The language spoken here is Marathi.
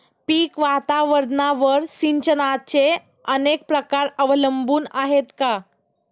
पीक वातावरणावर सिंचनाचे अनेक प्रकार अवलंबून आहेत का?